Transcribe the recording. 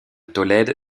tolède